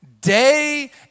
Day